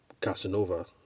Casanova